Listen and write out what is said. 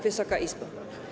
Wysoka Izbo!